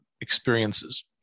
experiences